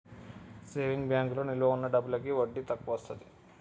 saving బ్యాంకులో నిలవ ఉన్న డబ్బులకి వడ్డీ తక్కువొస్తది